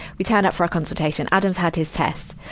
we turn up for our consultation adam's had his tests.